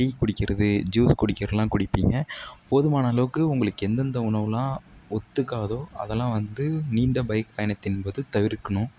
tea குடிக்கிறது juice குடிக்கிறதுலாம் குடிப்பீங்க போதுமான அளவுக்கு உங்களுக்கு எந்த எந்த உணவுலாம் ஒத்துக்காதோ அதெல்லாம் வந்து நீண்ட பைக் பயணத்தின் போது தவிர்க்கணும்